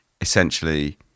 essentially